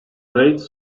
rates